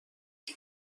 این